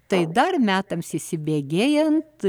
tai dar metams įsibėgėjant